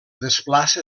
desplaça